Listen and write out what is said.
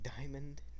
Diamond